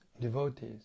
devotees